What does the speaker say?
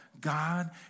God